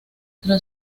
tras